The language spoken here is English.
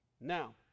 Now